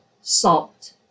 salt